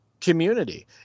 community